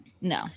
no